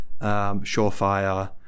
surefire